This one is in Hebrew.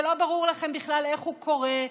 ולא ברור לכם בכלל איך הוא קורה,